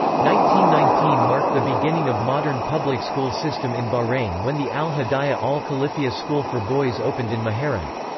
nineteen nineteen marked the beginning of modern public school system in bahrain when the al-hidaya al-khalifia school for boys opened in muharraq.